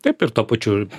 taip ir tuo pačiu